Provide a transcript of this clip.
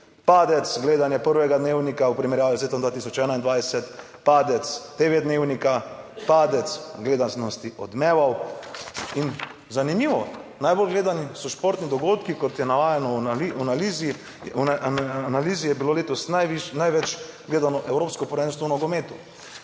Padec gledanja prvega dnevnika v primerjavi z letom 2021, padec TV Dnevnika, padec gledanosti Odmevov in zanimivo, najbolj gledani so športni dogodki, kot je navajeno analizi; v analizi je bilo letos največ gledano evropsko prvenstvo v nogometu.